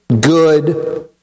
good